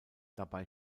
dabei